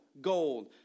gold